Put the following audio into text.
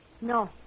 No